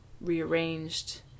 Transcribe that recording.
rearranged